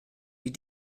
die